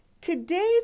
Today's